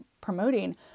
promoting